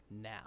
now